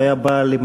שהייתה לו,